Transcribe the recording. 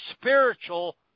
spiritual